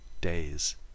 days